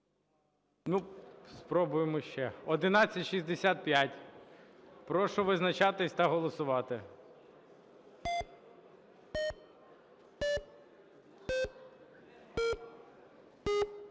Ну, спробуємо ще. 1165, Прошу визначатися та голосувати.